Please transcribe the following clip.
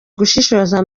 gushishoza